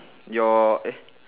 your eh